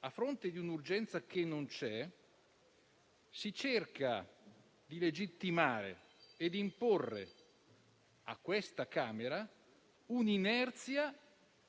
a fronte di un'urgenza che non c'è, si cerca di legittimare e imporre a questa Camera un'inerzia